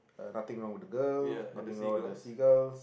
nothing wrong with the girl nothing wrong with the seagulls